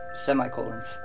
Semicolons